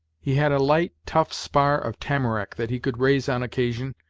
he had a light, tough spar of tamarack that he could raise on occasion,